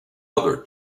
other